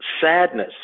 sadness